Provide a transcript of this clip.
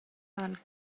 fan